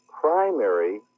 primary